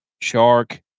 shark